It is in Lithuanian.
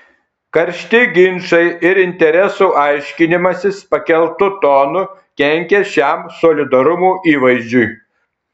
karšti ginčai ir interesų aiškinimasis pakeltu tonu kenkia šiam solidarumo įvaizdžiui